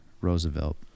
Roosevelt